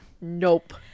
nope